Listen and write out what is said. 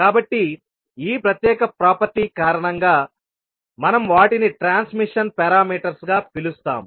కాబట్టి ఈ ప్రత్యేక ప్రాపర్టీ కారణంగా మనం వాటిని ట్రాన్స్మిషన్ పారామీటర్స్ గా పిలుస్తాము